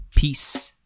Peace